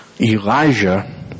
Elijah